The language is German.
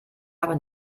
habe